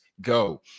go